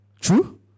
True